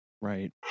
right